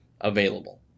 available